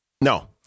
No